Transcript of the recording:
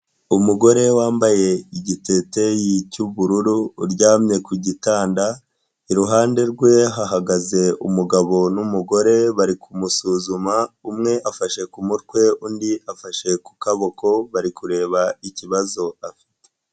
Umugore wambaye igiteyiteyi cy'ubururu uryamye ku gitanda, iruhande rwe hahagaze umugabo n'umugore bari kumusuzuma umwe afashe ku mutwe undi afashe ku kaboko bari kureba ikibazo afite.